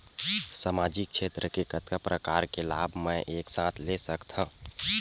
सामाजिक क्षेत्र के कतका प्रकार के लाभ मै एक साथ ले सकथव?